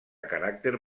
caràcter